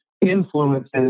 influences